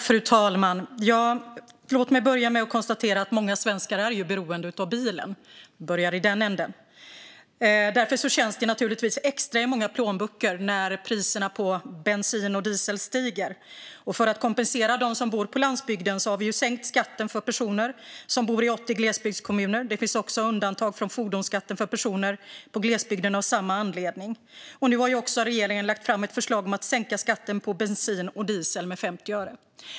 Fru talman! Låt mig börja med att konstatera att många svenskar är beroende av bilen. Jag börjar i den änden. Därför känns det naturligtvis extra i många plånböcker när priserna på bensin och diesel stiger. För att kompensera dem som bor på landsbygden har vi sänkt skatten för personer som bor i 80 glesbygdskommuner. Det finns också undantag från fordonsskatten för personer i glesbygden, av samma anledning. Nu har regeringen också lagt fram ett förslag om att sänka skatten på bensin och diesel med 50 öre.